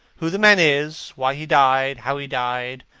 who the man is, why he died, how he died,